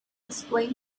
explain